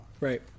Right